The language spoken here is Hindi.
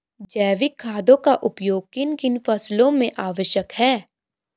जैविक खादों का उपयोग किन किन फसलों में आवश्यक है?